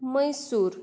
Mysore